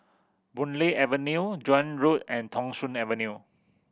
Boon Lay Avenue Joan Road and Thong Soon Avenue